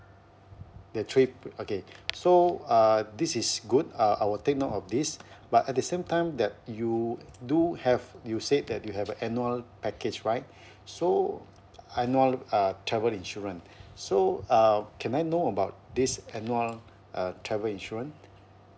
the trip okay so uh this is good uh I will take note of this but at the same time that you do have you said that you have a annual package right so annual err travel insurance so uh can I know about this annual err travel insurance